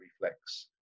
reflex